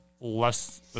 less